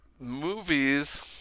Movies